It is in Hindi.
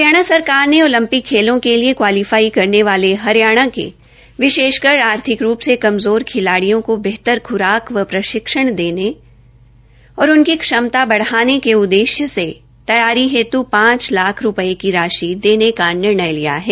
हरियाणा सरकार ने ओलंपिक खेलों के लिए क्वालीफाई करने वाले हरियाणा के विशेषकर आर्थिक रूप से कमज़ोर खिलाड़िय़ों को बेहतर ख्राक व प्रशिक्षण देने और उनकी क्षमता बढ़ाने के उद्देश्य से तैयारी हेत् पांच लाख रूपये की राशि देने का निर्णय लिया है